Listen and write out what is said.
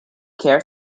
care